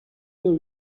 you